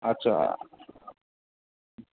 আচ্ছা